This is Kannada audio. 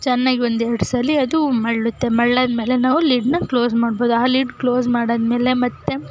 ಚೆನ್ನಾಗಿ ಒಂದು ಎರಡ್ಸಲ ಅದು ಮಳ್ಳುತ್ತೆ ಮಳ್ಳಾದ್ಮೇಲೆ ನಾವು ಲಿಡ್ಡನ್ನ ಕ್ಲೋಸ್ ಮಾಡ್ಬೋದು ಆ ಲಿಡ್ ಕ್ಲೋಸ್ ಮಾಡಾದ್ಮೇಲೆ ಮತ್ತೆ